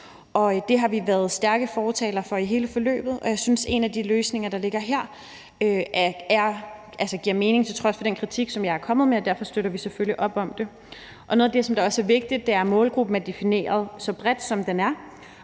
Det har vi været stærke fortalere for i hele forløbet, og jeg synes, at en af de løsninger, der ligger her, giver mening, til trods for den kritik, jeg er kommet med, og derfor støtter vi selvfølgelig op om det. Og noget af det, som også er vigtigt, er, at målgruppen er defineret så bredt, som den er,